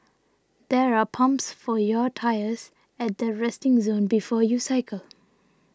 there are pumps for your tyres at the resting zone before you cycle